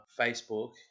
Facebook